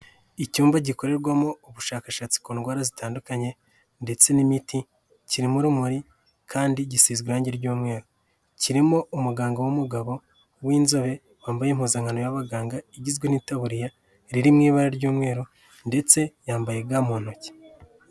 Icyumba gikorerwamo ubushakashatsi ku ndwara zitandukanye ndetse n'imiti kirimo urumuri kandi gisizwe irangi ry'umweru, kirimo umuganga w'umugabo w'inzobe wambaye impuzankano y'abaganga igizwe n'itaburiya iri mu ibara ry'umweru ndetse yambaye ga mu ntoki.